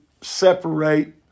separate